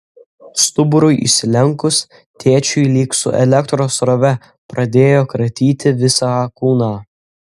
stuburui išsilenkus tėčiui lyg su elektros srove pradėjo kratyti visą kūną